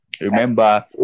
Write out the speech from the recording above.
remember